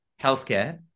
healthcare